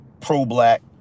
pro-black